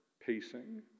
Pacing